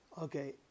Okay